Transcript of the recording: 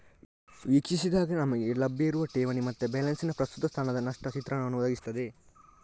ವೀಕ್ಷಿಸಿದಾಗ ನಮಿಗೆ ಲಭ್ಯ ಇರುವ ಠೇವಣಿ ಮತ್ತೆ ಬ್ಯಾಲೆನ್ಸಿನ ಪ್ರಸ್ತುತ ಸ್ಥಾನದ ಸ್ಪಷ್ಟ ಚಿತ್ರಣವನ್ನ ಒದಗಿಸ್ತದೆ